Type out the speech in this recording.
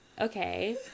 okay